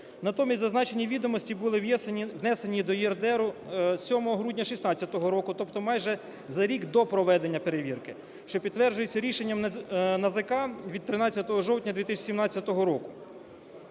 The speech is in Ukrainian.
Натомість, зазначені відомості були внесені до ЄРДР 7 грудня 2016 року, тобто майже за рік до проведення перевірки, що підтверджується рішення НАЗК від 13 жовтня 2017 року.